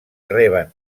reben